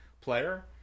player